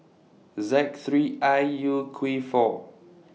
Z three I U Q four